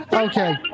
Okay